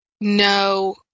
no